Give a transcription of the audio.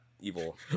evil